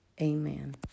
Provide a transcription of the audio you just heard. Amen